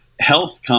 health –